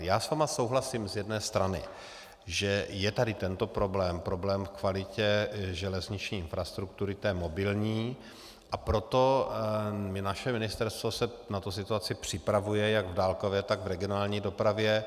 Já s vámi souhlasím z jedné strany, že je tady tento problém, problém v kvalitě železniční infrastruktury, té mobilní, a proto se naše ministerstvo na tu situaci připravuje jak v dálkové, tak v regionální dopravě.